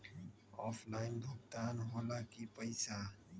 Offline भुगतान हो ला कि पईसा?